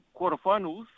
quarterfinals